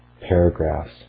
paragraphs